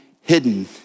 hidden